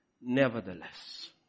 Nevertheless